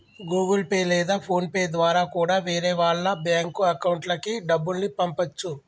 Google pay లేదా phone pay ద్వారా కూడా వేరే వాళ్ళ బ్యేంకు అకౌంట్లకి డబ్బుల్ని పంపచ్చు